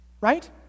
Right